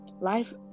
life